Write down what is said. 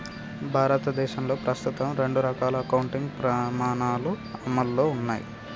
భారతదేశంలో ప్రస్తుతం రెండు రకాల అకౌంటింగ్ ప్రమాణాలు అమల్లో ఉన్నయ్